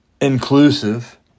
Inclusive